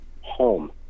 home